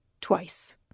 Twice